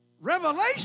Revelation